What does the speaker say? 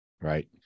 right